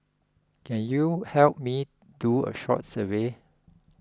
can you help me do a short survey